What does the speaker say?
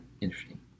interesting